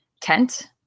tent